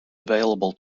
available